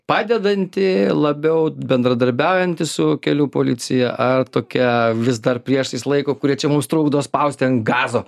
padedanti labiau bendradarbiaujanti su kelių policija ar tokia vis dar priešais laiko kurie čia mums trukdo spausti ant gazo